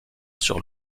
sur